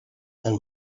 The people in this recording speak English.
and